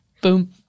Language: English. Boom